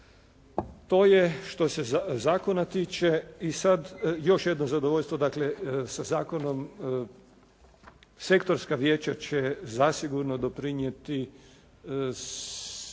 To je što se zakona tiče. I sad još jedno zadovoljstvo sa zakonom. Sektorska vijeća će zasigurno doprinijeti lakšoj